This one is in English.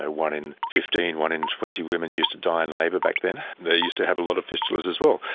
ah one in fifteen, one in twenty women used to die in labour back then. they used to have a lot of fistulas as well.